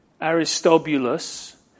Aristobulus